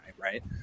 right